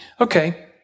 Okay